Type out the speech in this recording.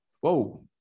Whoa